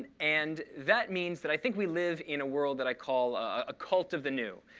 and that means that i think we live in a world that i call a cult of the new.